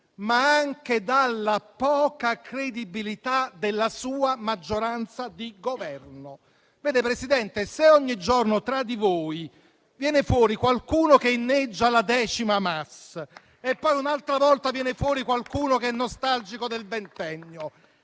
ma anche dalla poca credibilità della sua maggioranza di governo, signor Presidente. Se ogni giorno tra di voi viene fuori qualcuno che inneggia alla X Mas e poi un'altra volta viene fuori qualcuno che è nostalgico del Ventennio